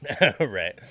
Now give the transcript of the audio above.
Right